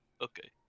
okay